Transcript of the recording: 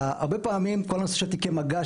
הרבה פעמים כל הנושא של תיקי מגע,